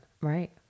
Right